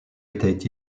était